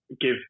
give